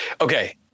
Okay